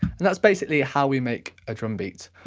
and that's basically how we make a drum beat.